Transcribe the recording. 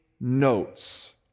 notes